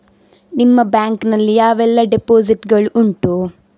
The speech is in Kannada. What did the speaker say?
ನಿಮ್ಮ ಬ್ಯಾಂಕ್ ನಲ್ಲಿ ಯಾವೆಲ್ಲ ಡೆಪೋಸಿಟ್ ಗಳು ಉಂಟು?